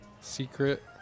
secret